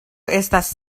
estas